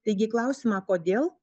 taigi klausimą kodėl